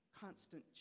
Constant